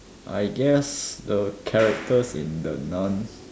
I guess the characters in the nun